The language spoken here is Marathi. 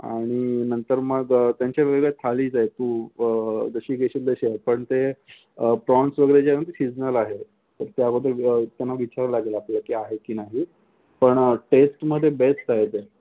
आणि नंतर मग त्यांच्या वेगवेगळ्या थालीज आहे तू जशी घेशील तशी आहे पण ते प्रॉन्स वगैरे जे आहे ना ते सीझनल आहेत तर त्याबद्दल त्यांना विचारावं लागेल आपल्याला की आहे की नाही पण टेस्टमधे बेस्ट आहे ते